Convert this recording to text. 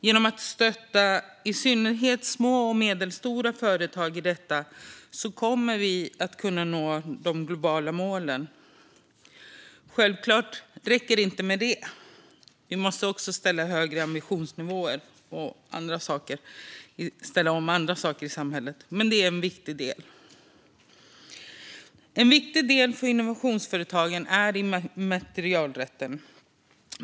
Genom att stötta i synnerhet små och medelstora företag i detta kommer vi att kunna nå de globala målen. Självklart räcker det inte med detta - vi måste också ha högre ambitionsnivåer och ställa om andra saker i samhället - men det är en viktig del. En viktig del för innovationsföretagen är immaterialrätten.